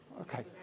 Okay